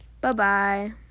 Bye-bye